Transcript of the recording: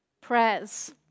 prayers